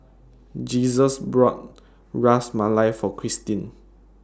Jesus bought Ras Malai For Kristine